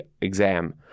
exam